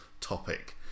topic